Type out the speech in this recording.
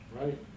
right